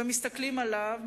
מסתכלים עליו,